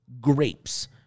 grapes